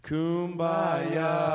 Kumbaya